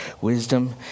wisdom